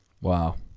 Wow